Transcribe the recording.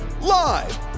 live